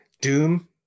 doom